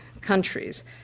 countries